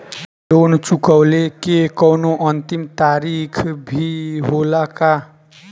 Loan चुकवले के कौनो अंतिम तारीख भी होला का?